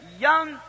young